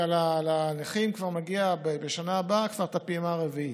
לנכים כבר מגיעה בשנה הבאה הפעימה הרביעית,